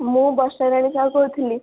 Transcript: ମୁଁ ବର୍ଷାରାଣୀ ସାହୁ କହୁଥିଲି